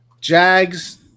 Jags